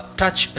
touch